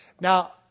Now